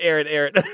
Aaron